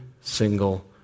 single